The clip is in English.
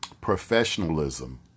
professionalism